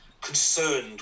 concerned